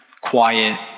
quiet